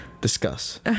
discuss